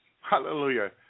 Hallelujah